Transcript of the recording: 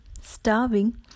starving